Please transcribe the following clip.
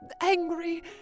angry